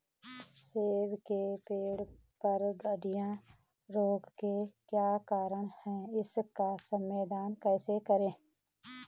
सेब के पेड़ पर गढ़िया रोग के क्या कारण हैं इसका समाधान कैसे करें?